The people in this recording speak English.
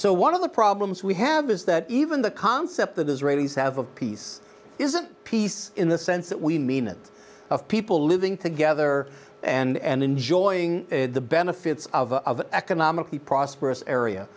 so one of the problems we have is that even the concept that israelis have of peace isn't peace in the sense that we mean it of people living together and enjoying the benefits of economically prosperous area